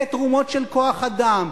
בתרומות של כוח-אדם,